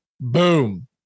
Boom